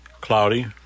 cloudy